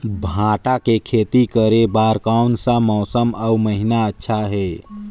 भांटा के खेती करे बार कोन सा मौसम अउ महीना अच्छा हे?